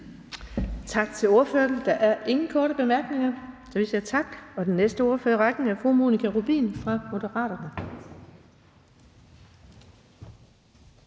Tak til ordføreren. Der er ingen korte bemærkninger, så vi siger tak. Den næste ordfører i rækken er hr. Mohammad Rona fra Moderaterne.